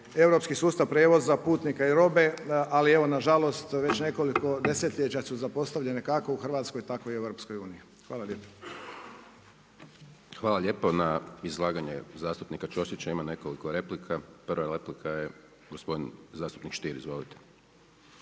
europski sustav prijevoza putnika i robe, ali evo na žalost već nekoliko desetljeća su zapostavljene kako u Hrvatskoj, tako i u EU. Hvala lijepa. **Hajdaš Dončić, Siniša (SDP)** Hvala lijepo. Na izlaganje zastupnika Ćosića ima nekoliko replika. Prva replika je gospodin zastupnik Stier, izvolite.